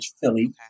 Philly